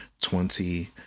twenty